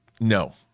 No